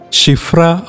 Shifra